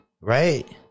right